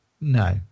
no